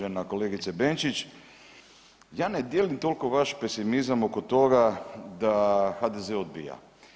Uvažena kolegice Benčić ja ne dijelim toliko vaš pesimizam oko toga da HDZ odbija.